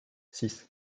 six